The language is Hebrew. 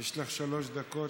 יש לך שלוש דקות.